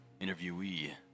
interviewee